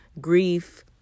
Grief